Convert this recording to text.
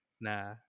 Nah